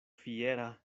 fiera